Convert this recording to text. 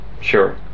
Sure